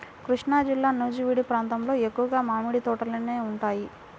కృష్ణాజిల్లా నూజివీడు ప్రాంతంలో ఎక్కువగా మామిడి తోటలే ఉంటాయి